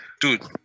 dude